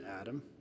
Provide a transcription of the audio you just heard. Adam